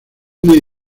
muy